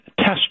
test